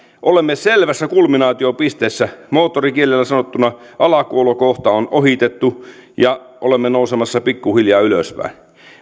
olemme selvässä kulminaatiopisteessä moottorikielellä sanottuna alakuolokohta on ohitettu ja olemme nousemassa pikkuhiljaa ylöspäin